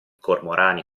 cormorani